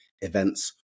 events